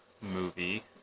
movie